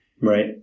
right